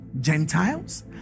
Gentiles